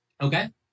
Okay